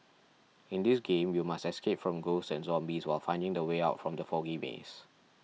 in this game you must escape from ghosts and zombies while finding the way out from the foggy maze